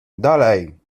dalej